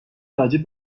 راجع